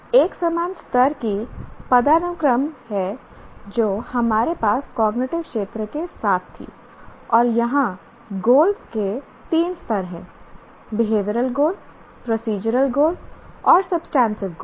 एक समान स्तर की पदानुक्रम है जो हमारे पास कॉग्निटिव क्षेत्र के साथ थी और यहां गोल के तीन स्तर हैं बिहेवियरल गोल प्रोसीजरल गोल और सब्सटेंटिव गोल